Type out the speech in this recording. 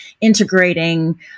integrating